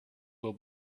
will